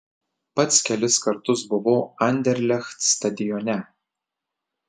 pats kelis kartus buvau anderlecht stadione